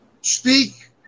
speak